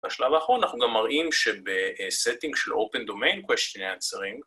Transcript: ‫בשלב האחרון אנחנו גם מראים ‫שבסטינג של אופן דומה בין שני הצירים,